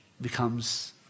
becomes